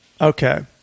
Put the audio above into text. Okay